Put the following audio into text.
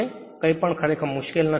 અને કંઈપણ ખરેખર મુશ્કેલ નથી